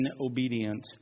obedient